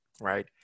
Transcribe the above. right